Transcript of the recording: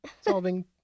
solving